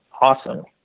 awesome